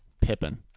Pippin